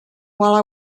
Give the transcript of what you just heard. while